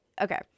okay